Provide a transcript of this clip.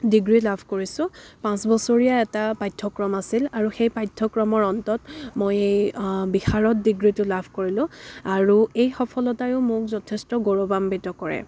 degree লাভ কৰিছোঁ পাঁচ বছৰীয়া এটা পাঠ্যক্ৰম আছিল আৰু সেই পাঠক্ৰমৰ অন্তত মই বিশাৰদ ডিগ্ৰীটো লাভ কৰিলোঁ আৰু এই সফলতায়ো মোক যথেষ্ট গৌৰবাম্বিত কৰে